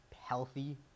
healthy